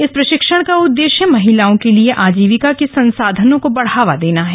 इस प्रशिक्षण का उद्देश्य महिलाओं के लिए आजीविका के संसाधनों को बढ़ावा देना है